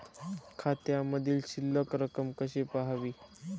खात्यामधील शिल्लक रक्कम कशी पहावी?